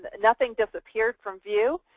nothing disappeared from view,